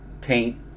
taint